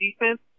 defense